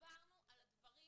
דיברנו על הדברים